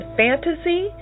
fantasy